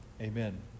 amen